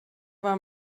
war